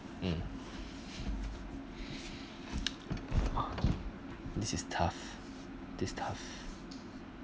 mm this is tough this tough